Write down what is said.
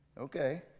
Okay